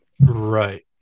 Right